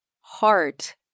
heart